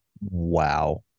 Wow